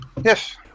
Yes